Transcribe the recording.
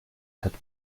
ted